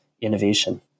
innovation